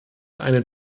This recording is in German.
eine